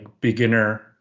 beginner